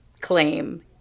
claim